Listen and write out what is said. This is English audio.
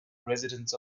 residents